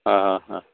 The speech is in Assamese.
অঁ হা হা